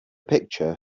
picture